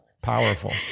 Powerful